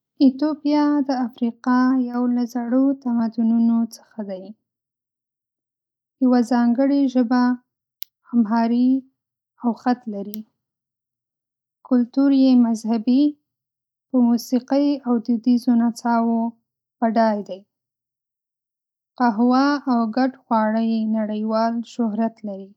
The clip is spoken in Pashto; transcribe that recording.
ایتوپیا د افریقا یو له زړو تمدنونو څخه ده. یوه ځانګړې ژبه (امهاري) او خط لري. کلتور یې مذهبي، په موسیقۍ، او دودیزو نڅاوو بډای دی. قهوه او ګډ خواړه‌یې نړیوال شهرت لري.